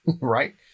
right